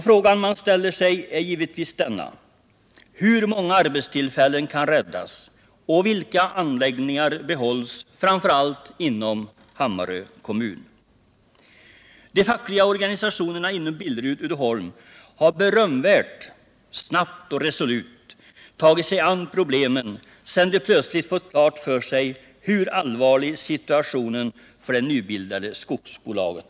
Frågan man ställer sig är givetvis: Hur många arbetstillfällen kan räddas, och vilka anläggningar behålls, framför allt i Hammarö kommun? De fackliga organisationerna inom Billerud-Uddeholm har berömvärt snabbt och resolut tagit sig an problemen sedan de plötsligt fått klart för sig hur allvarlig situationen är för det nybildade skogsbolaget.